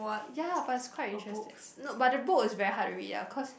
ya but is quite interesting no but the book is very hard to read lah cause